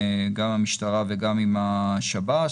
המשטרה והשב"ס.